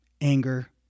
anger